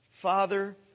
Father